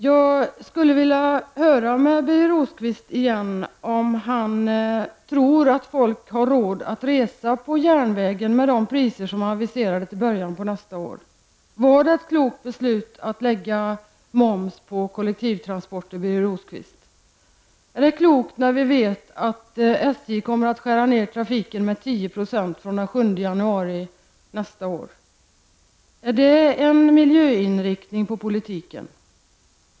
Jag vill på nytt fråga Birger Rosqvist om han tror att folk har råd att resa med järnväg med de priser som är aviserade till början av nästa år. Var det ett klokt beslut att lägga moms på kollektivtransporter? Är det klokt när vi vet att SJ från den 7 januari nästa år? Är det en bra, miljöinriktad politik?